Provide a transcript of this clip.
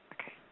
Okay